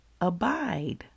Abide